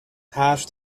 حرف